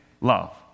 love